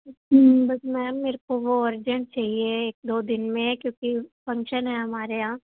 ਬਸ ma'am ਮੇਰੇ ਕੋ ਵੋ ਅਰਜੈਂਟ ਚਈਏ ਏਕ ਦੋ ਦਿਨ ਮੇ ਕਿਉਂਕਿ ਫੰਕਸ਼ਨ ਹੈ ਹਮਾਰੇ ਯਹਾਂ